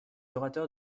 orateurs